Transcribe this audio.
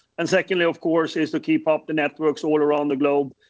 and secondly, of course, is to keep up the networks all around the globe,